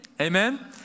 Amen